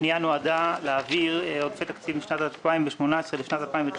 הפנייה נועדה להעביר עודפי תקציב משנת 2018 לשנת 2019